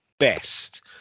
best